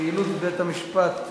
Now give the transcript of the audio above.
פעילות בית-המשפט בצפת.